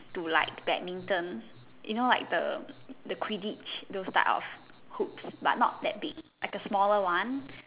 to like badminton you know like the quid ditch those type of hoops but not that big like the smaller one